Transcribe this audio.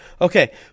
Okay